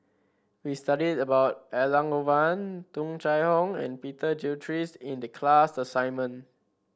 we studied about Elangovan Tung Chye Hong and Peter Gilchrist in the class assignment